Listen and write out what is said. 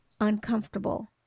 uncomfortable